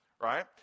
right